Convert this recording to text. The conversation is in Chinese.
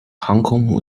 航空母舰